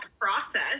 process